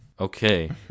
Okay